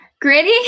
gritty